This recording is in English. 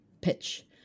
pitch